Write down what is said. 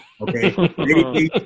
okay